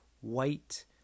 white